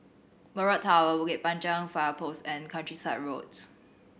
Mirage Tower Bukit Panjang Fire Post and Countryside Road